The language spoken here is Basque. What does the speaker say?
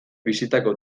bizitako